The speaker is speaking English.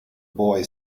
boy